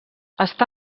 està